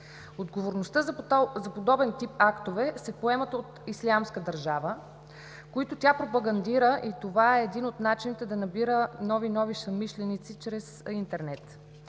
Отговорността за подобен тип актове се поема от „Ислямска държава“, които тя пропагандира и това е един от начините да набира нови и нови съмишленици чрез интернет.